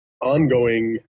ongoing